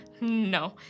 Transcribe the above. No